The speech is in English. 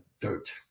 dirt